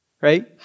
right